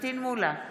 פטין מולא,